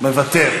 מוותר.